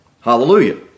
Hallelujah